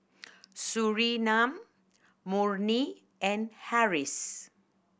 Surinam Murni and Harris